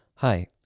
Hi